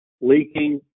leaking